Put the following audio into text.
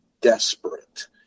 desperate